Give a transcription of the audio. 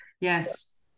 yes